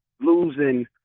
losing –